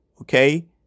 okay